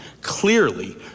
clearly